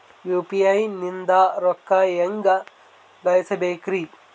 UPI ನಿಂದ ರೊಕ್ಕ ಹೆಂಗ ಕಳಸಬೇಕ್ರಿ?